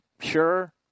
Sure